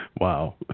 Wow